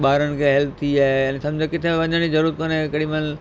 ॿारनि खे हेल्प थी आहे याने सम्झो किथे वञण जी ज़रूरत कोन्हे केॾी महिल